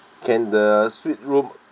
can the suite room